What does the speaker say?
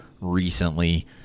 recently